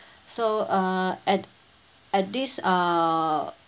so uh at at this uh